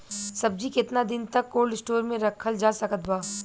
सब्जी केतना दिन तक कोल्ड स्टोर मे रखल जा सकत बा?